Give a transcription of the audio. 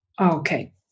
Okay